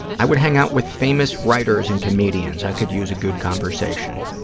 and i would hang out with famous writers and comedians. i could use a good conversation.